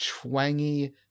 twangy